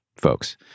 folks